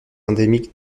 endémique